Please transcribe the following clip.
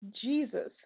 Jesus